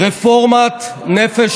מה לך ולאמת?